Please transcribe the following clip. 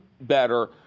better